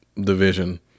division